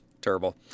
terrible